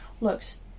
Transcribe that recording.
looks